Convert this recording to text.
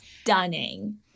Stunning